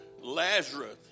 Lazarus